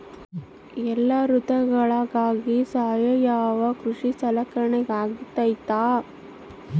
ಎಲ್ಲ ಋತುಗಳಗ ಸಾವಯವ ಕೃಷಿ ಸಹಕಾರಿಯಾಗಿರ್ತೈತಾ?